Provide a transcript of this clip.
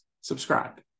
subscribe